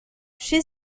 she